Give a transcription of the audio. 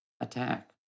attack